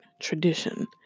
tradition